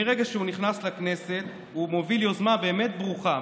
מרגע שהוא נכנס לכנסת מוביל יוזמה באמת ברוכה,